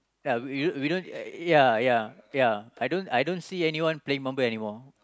ya we don't we don't ya ya ya I don't I don't see anyone playing marble anymore